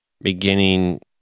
beginning